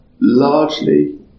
largely